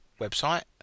website